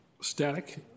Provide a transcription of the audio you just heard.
static